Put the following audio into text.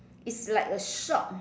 is like a shop